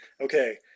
okay